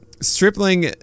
Stripling